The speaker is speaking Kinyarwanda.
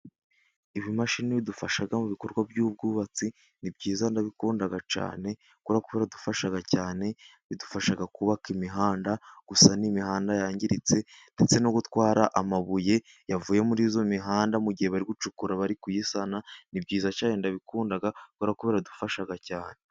Ibimashini bidufasha mu bikorwa by'ubwubatsi ,ni byiza ndabikunda cyane, kubera ko biradufasha cyane, bidufasha kubaka imihanda, gusana imihanda yangiritse, ndetse no gutwara amabuye yavuye muri iyo mihanda, mu gihe bari gucukura bari kuyisana ,ni byiza cyane ndabikunda kuko biradufasha cyane.